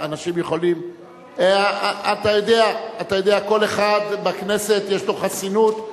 אתה יודע, כל אחד בכנסת יש לו חסינות.